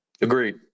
Agreed